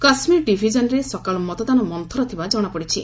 କାଶ୍ମୀର ଡିଭିଜନରେ ସକାଳୁ ମତଦାନ ମନ୍ଦୁର ଥିବାର ଜଣାପଡିଛି